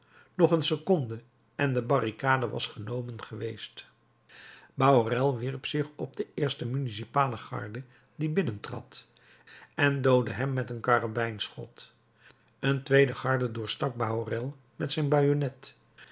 nog een seconde en de barricade was genomen geweest bahorel wierp zich op den eersten municipalen garde die binnentrad en doodde hem met een karabijnschot een tweede garde doorstak bahorel met zijn bajonnet